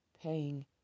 paying